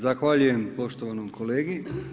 Zahvaljujem poštovanom kolegi.